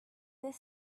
this